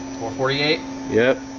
forty eight yeah